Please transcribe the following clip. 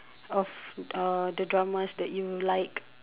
of uh the dramas that you like